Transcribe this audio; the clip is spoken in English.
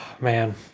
man